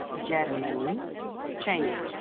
Germany China